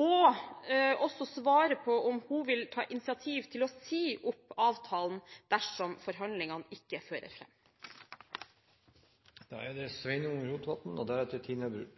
og også svare på om hun vil ta initiativ til å si opp avtalen dersom forhandlingene ikke fører fram. Eg tek ordet, for etter å ha høyrt denne debatten synest det